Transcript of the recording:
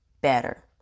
better